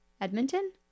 Edmonton